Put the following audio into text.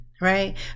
right